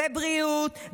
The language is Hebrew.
בבריאות,